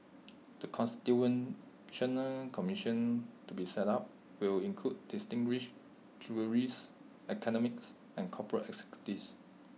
the constitutional commission to be set up will include distinguished jurists academics and corporate executives